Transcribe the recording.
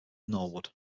norwood